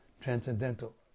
transcendental